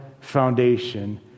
foundation